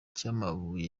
by’amabuye